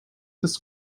this